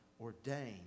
ordained